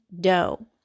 dough